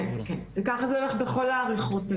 ככה זה הולך בכל העריכות.